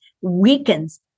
weakens